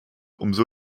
umso